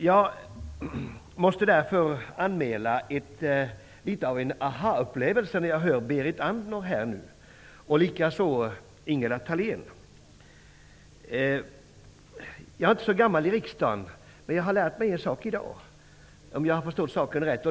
Jag måste därför anmäla litet av en aha-upplevelse när jag hör Berit Andnor och Ingela Thalén. Jag är inte så gammal i riksdagen, men i dag har jag lärt mig en sak -- om jag förstått saken rätt.